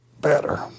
better